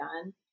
done